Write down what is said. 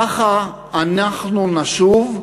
ככה אנחנו נשוב,